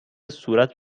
صورت